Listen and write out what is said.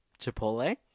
Chipotle